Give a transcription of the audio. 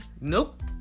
Nope